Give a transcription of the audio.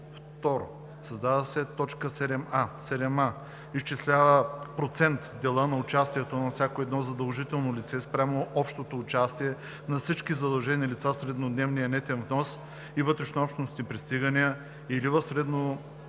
2. Създава се т. 7а: „7а. изчислява в процент дела на участието на всяко едно задължено лице спрямо общото участие на всички задължени лица в среднодневния нетен внос и вътрешнообщностни пристигания или в среднодневното